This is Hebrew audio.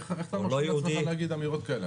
איך אתה מרשה לעצמך להגיד אמירות כאלה,